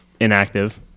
inactive